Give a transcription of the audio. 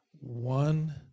One